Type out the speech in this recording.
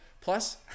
Plus